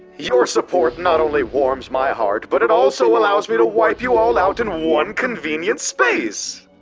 your support not only warms my heart, but it also allows me to wipe you all out in one convenient space!